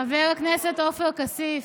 חבר הכנסת עופר כסיף,